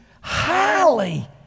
highly